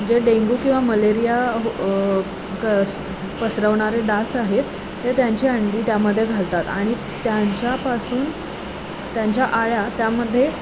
जे डेंगू किंवा मलेरिया कस पसरवणारे डास आहेत ते त्यांची अंडी त्यामध्ये घालतात आणि त्यांच्यापासून त्यांच्या अळ्या त्यामधे